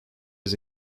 his